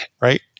Right